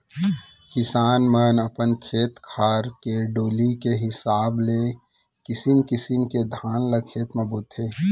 किसान मन अपन खेत खार के डोली के हिसाब ले किसिम किसिम के धान ल खेत म बोथें